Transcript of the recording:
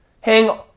hang